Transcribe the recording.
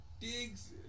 digs